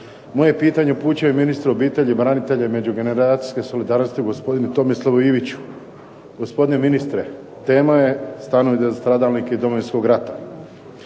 Moje pitanje upućujem ministru obitelji, branitelja i međugeneracijske solidarnosti, gospodinu Tomislavu Iviću. Gospodine ministre, tema je stanovi za stradalnike iz Domovinskog rata.